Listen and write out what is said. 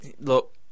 look